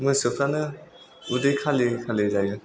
मोसौफ्रानो उदै खालि खालि जायो